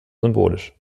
symbolisch